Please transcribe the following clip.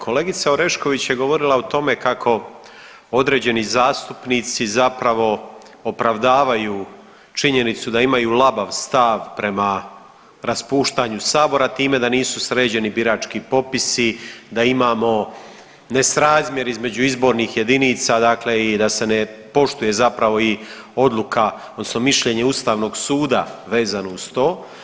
Kolegica Orešković je govorila o tome kako određeni zastupnici zapravo opravdavaju činjenicu da imaju labav stav prema raspuštanju Sabora, time da nisu sređeni birački popisi, da imamo nesrazmjer između izbornih jedinica, dakle i da se ne poštuje zapravo i odluka odnosno mišljenje Ustavnog suda vezano uz to.